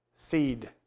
Seed